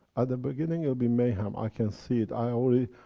at the beginning it will be mayhem. i can see it, i already,